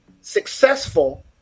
successful